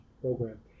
program